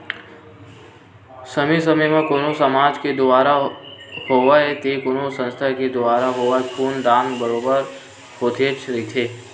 समे समे म कोनो समाज के दुवारा होवय ते कोनो संस्था के दुवारा होवय खून दान बरोबर होतेच रहिथे